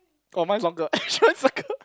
oh mine is longer circle